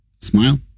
Smile